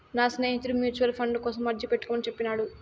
నా స్నేహితుడు mutual fund కోసం అర్జీ పెట్టుకోమని చెప్పినాడు